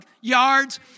yards